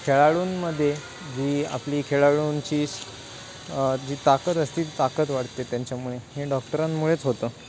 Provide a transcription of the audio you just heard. खेळाडूंमध्ये जी आपली खेळाडूंची जी ताकद असते ती ताकत वाढते त्यांच्यामुळे हे डॉक्टरांमुळेच होतं